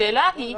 השאלה היא,